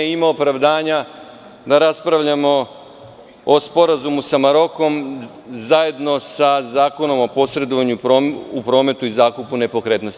Ima opravdanja da raspravljamo o Sporazumu sa Marokom zajedno sa Zakonom o posredovanju u prometu i zakupu nepokretnosti.